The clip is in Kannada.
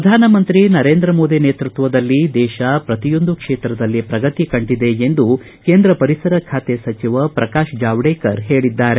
ಪ್ರಧಾನಮಂತ್ರಿ ನರೇಂದ್ರ ಮೋದಿ ನೇತೃತ್ತದಲ್ಲಿ ದೇಶ ಪ್ರತಿಯೊಂದು ಕ್ಷೇತ್ರದಲ್ಲಿ ಪ್ರಗತಿ ಕಂಡಿದೆ ಎಂದು ಕೇಂದ್ರ ಪರಿಸರ ಖಾತೆ ಸಚಿವ ಪ್ರಕಾಶ್ ಜಾವಡೇಕರ್ ಹೇಳಿದ್ದಾರೆ